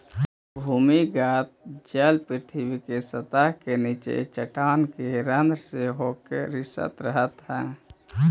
भूमिगत जल पृथ्वी के सतह के नीचे चट्टान के रन्ध्र से होके रिसित रहऽ हई